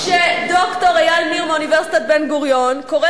כשד"ר אייל ניר מאוניברסיטת בן-גוריון קורא